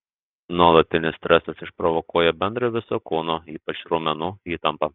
nuolatinis stresas išprovokuoja bendrą viso kūno ypač raumenų įtampą